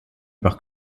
par